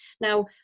Now